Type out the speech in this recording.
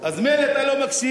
אז מילא אתה לא מקשיב,